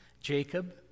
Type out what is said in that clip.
Jacob